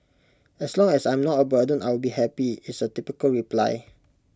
as long as I'm not A burden I will be happy is A typical reply